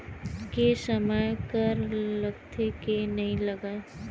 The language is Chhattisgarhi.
के समय कर लगथे के नइ लगय?